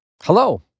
Hello